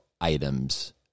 items